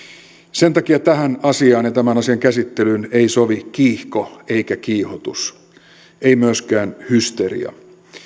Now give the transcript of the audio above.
sen takia tähän asiaan ja tämän asian käsittelyyn ei sovi kiihko eikä kiihotus ei myöskään hysteria